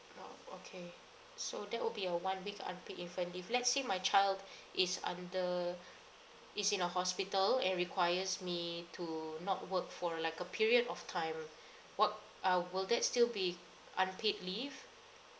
oh okay so that will be a one week unpaid infant leave let's say my child is under is in a hospital and requires me to not work for like a period of time what uh will that still be unpaid leave